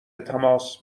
تماس